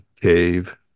cave